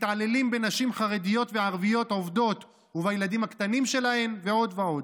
מתעללים בנשים חרדיות וערביות עובדות ובילדים הקטנים שלהן ועוד ועוד,